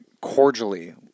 cordially